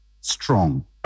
strong